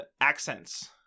accents